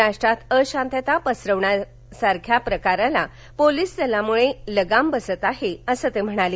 राष्ट्रात अशांतता पसरवण्यासारख्या प्रकाराला पोलीस दलामुळे लगाम बसत आहे असं ते म्हणाले